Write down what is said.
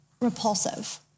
repulsive